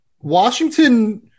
Washington